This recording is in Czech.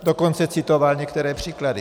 Dokonce citoval některé příklady.